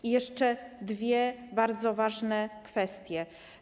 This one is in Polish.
I jeszcze dwie bardzo ważne kwestie.